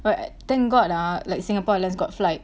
but thank god ah like singapore let's got flight